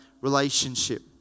relationship